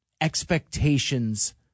expectations